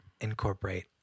incorporate